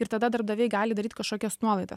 ir tada darbdaviai gali daryt kažkokias nuolaidas